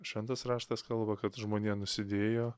šventas raštas kalba kad žmonija nusidėjo